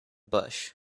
bush